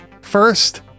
first